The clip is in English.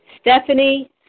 Stephanie